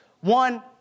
one